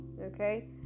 Okay